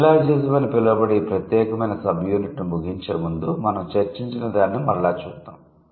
neologism అని పిలువబడే ఈ ప్రత్యేకమైన సబ్ యూనిట్ ను ముగించేముందు మనం చర్చించినదానిని మరలా చూద్దాం